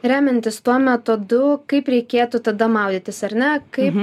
remiantis tuo metodu kaip reikėtų tada maudytis ar ne kaip